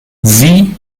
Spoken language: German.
sie